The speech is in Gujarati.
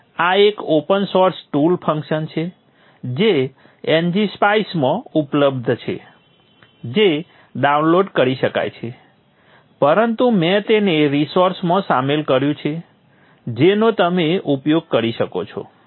આ એક ઓપન સોર્સ ટૂલ ફંક્શન છે જે ng spice માં ઉપલબ્ધ છે જે ડાઉનલોડ કરી શકાય છે પરંતુ મેં તેને રિસોર્સમાં સામેલ કર્યું છે જેનો તમે ઉપયોગ કરી શકો છો